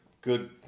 good